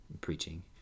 preaching